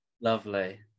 Lovely